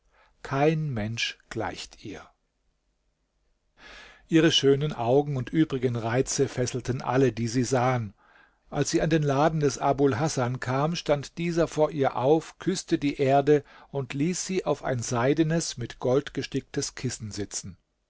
kein mensch gleicht ihr ihre schönen augen und die übrigen reize fesselten alle die sie sahen als sie an den laden des abul hasan kam stand dieser vor ihr auf küßte die erde und ließ sie auf ein seidenes mit gold gesticktes kissen sitzen